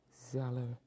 Zeller